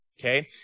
Okay